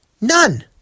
None